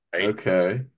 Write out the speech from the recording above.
Okay